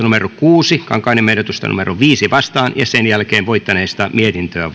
kuusi toimi kankaanniemen ehdotusta viiteen vastaan ja sen jälkeen voittaneesta mietintöä